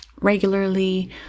regularly